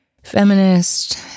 Feminist